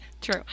true